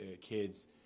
kids